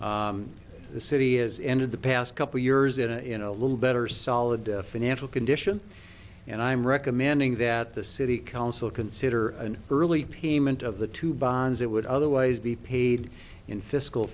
those the city has ended the past couple years in a in a little better solid financial condition and i'm recommending that the city council consider an early payment of the two bonds it would otherwise be paid in fiscal